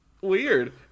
weird